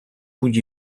будь